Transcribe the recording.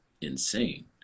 insane